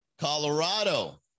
colorado